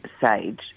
sage